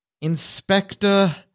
Inspector